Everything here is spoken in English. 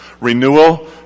Renewal